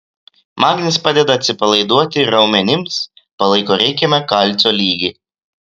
magnis padeda atsipalaiduoti raumenims palaiko reikiamą kalcio lygį